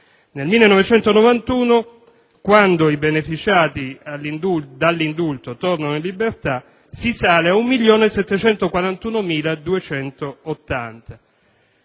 Nel 1991, quando i beneficiati dall'indulto tornano in libertà, si sale a 1.741.280.